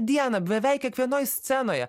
dieną beveik kiekvienoj scenoje